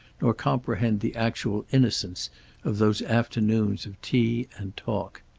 nor comprehend the actual innocence of those afternoons of tea and talk.